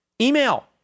email